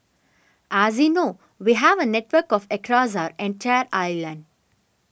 as you know we have a network of across our entire island